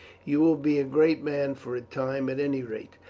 you will be a great man, for a time at any rate.